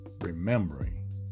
remembering